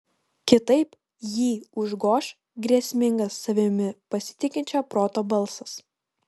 kitaip jį užgoš grėsmingas savimi pasitikinčio proto balsas